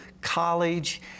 College